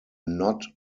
not